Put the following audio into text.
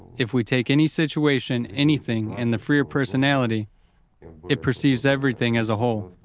if we take any situation anything, and the freer personality it perceives everything as a whole,